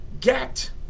get